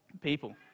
people